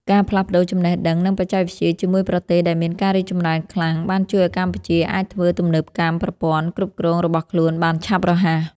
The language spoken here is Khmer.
ការផ្លាស់ប្តូរចំណេះដឹង និងបច្ចេកវិទ្យាជាមួយប្រទេសដែលមានការរីកចម្រើនខ្លាំង បានជួយឱ្យកម្ពុជាអាចធ្វើទំនើបកម្មប្រព័ន្ធគ្រប់គ្រងរបស់ខ្លួនបានឆាប់រហ័ស។